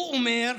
הוא אומר,